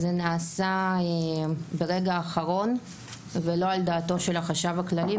זה נעשה ברגע האחרון ולא על דעתו של החשב הכללי,